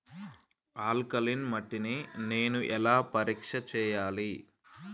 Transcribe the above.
Alkaline మట్టి ని నేను ఎలా పరీక్ష చేయాలి?